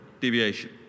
deviation